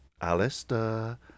Alistair